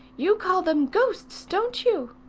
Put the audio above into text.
you call them ghosts, don't you?